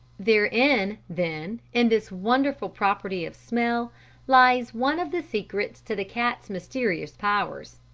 therein then in this wonderful property of smell lies one of the secrets to the cat's mysterious powers,